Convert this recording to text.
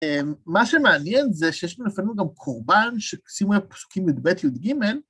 מה שמעניין זה שיש בנפנינו גם קורבן שימו לב פסוקים י׳ב י׳ג.